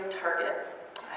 target